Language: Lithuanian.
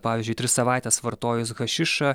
pavyzdžiui tris savaites vartojus hašišą